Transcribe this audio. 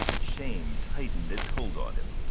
shame tightnd its hold on him.